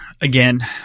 again